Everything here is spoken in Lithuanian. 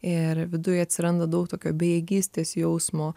ir viduj atsiranda daug tokio bejėgystės jausmo